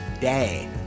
day